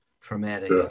traumatic